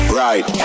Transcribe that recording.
right